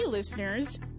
Listeners